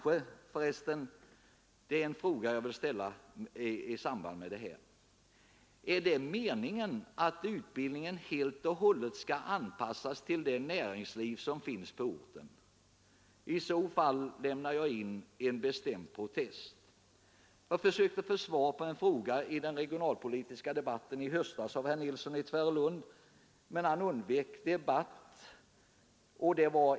Det är en annan fråga som jag vill ställa i detta sammanhang: Är det meningen att utbildningen helt och hållet skall anpassas till det näringsliv som finns på orten? I så fall lämnar jag in en bestämd protest. Jag försökte i den regionalpolitiska debatten få svar från herr Nilsson i Tvärålund på en fråga, men denne undvek då debatt.